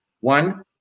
one